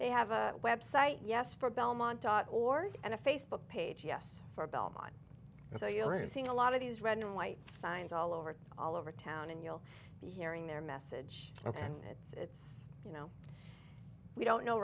they have a website yes for belmont dot org and a facebook page yes for belmont so you are seeing a lot of these red and white signs all over all over town and you'll be hearing their message ok and it's you know we don't know